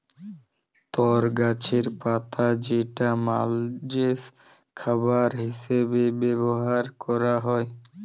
তর গাছের পাতা যেটা মালষের খাবার হিসেবে ব্যবহার ক্যরা হ্যয়